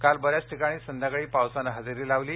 काल बर्यादच ठिकाणी संध्याकाळी पावसानं हजेरी लावली